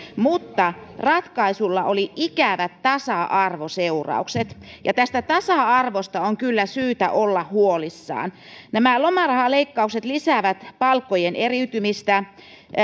mutta ratkaisulla oli ikävät tasa arvoseuraukset ja tästä tasa arvosta on kyllä syytä olla huolissaan nämä lomarahaleikkaukset lisäävät palkkojen eriytymistä